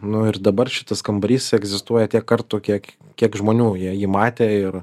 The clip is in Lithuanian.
nu ir dabar šitas kambarys egzistuoja tiek kartų kiek kiek žmonių jie jį matė ir